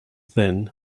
then